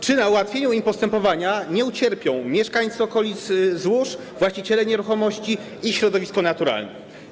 Czy na ułatwieniu im postępowania nie ucierpią mieszkańcy okolicy złóż, właściciele nieruchomości i środowisko naturalne?